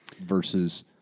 versus